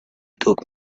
took